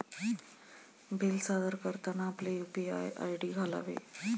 bill सादर करताना आपले यू.पी.आय आय.डी घालावे